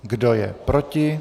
Kdo je proti?